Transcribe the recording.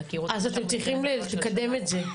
אתם צריכים לקדם את זה.